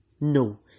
No